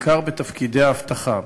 בעיקר בתפקידי האבטחה.